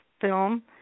film